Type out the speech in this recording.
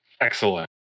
Excellent